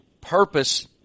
purpose